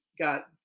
got